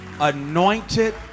anointed